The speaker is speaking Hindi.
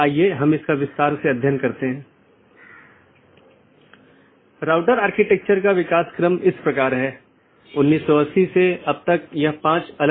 सत्र का उपयोग राउटिंग सूचनाओं के आदान प्रदान के लिए किया जाता है और पड़ोसी जीवित संदेश भेजकर सत्र की स्थिति की निगरानी करते हैं